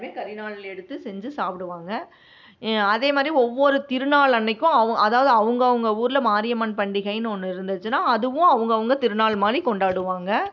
கரி நாள் எடுத்து செஞ்சு சாப்பிடுவாங்க அதேமாதிரி ஒவ்வொரு திருநாள் அன்றைக்கும் அவு அதாவது அவங்கவுங்க ஊரில் மாரியம்மன் பண்டிகைன்னு ஒன்று இருந்துச்சின்னால் அதுவும் அவங்கவுங்க திருநாள்மாதிரி கொண்டாடுவாங்க